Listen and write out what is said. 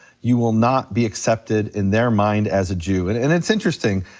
you will not be accepted in their mind as a jew. and and it's interesting,